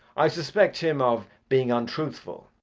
i suspect him of being untruthful.